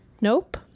Nope